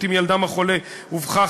ובכן,